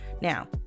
now